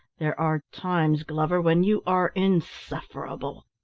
there are times, glover, when you are insufferable!